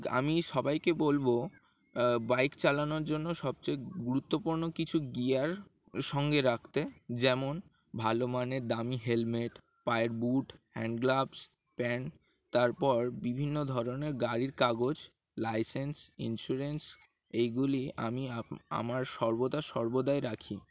আমি সবাইকে বলব বাইক চালানোর জন্য সবচেয়ে গুরুত্বপূর্ণ কিছু গিয়ার সঙ্গে রাখতে যেমন ভালো মানের দামি হেলমেট পায়ের বুট হ্যান্ড গ্লাভস প্যান্ট তারপর বিভিন্ন ধরনের গাড়ির কাগজ লাইসেন্স ইন্স্যুরেন্স এইগুলি আমি আপ আমার সর্বদা সর্বদাই রাখি